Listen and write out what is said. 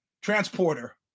Transporter